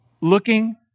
Looking